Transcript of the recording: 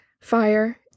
fire